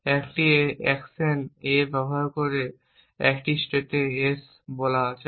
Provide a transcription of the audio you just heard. একটি action A ব্যবহার করে একটি স্টেটে S বলা যাক